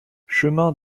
chemin